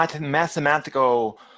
mathematical